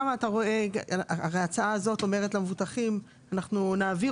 הרי ההצעה הזאת אומרת למבוטחים אנחנו נעביר